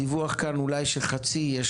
הדיווח כאן הוא שאולי למחציתן יש